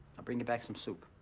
i'll bring you back some soup.